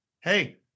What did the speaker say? hey